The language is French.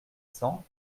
cents